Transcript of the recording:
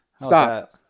Stop